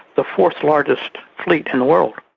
the fourth-largest fleet in the world.